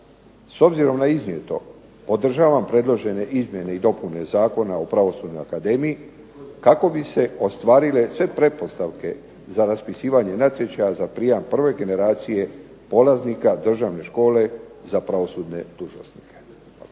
S obzirom na iznijeto podržavam predložene izmjene i dopune Zakona o Pravosudnoj akademiji, kako bi se ostvarile sve pretpostavke za raspisivanje natječaja za prijam prve generacije polaznika državne škole za pravosudne dužnosnike.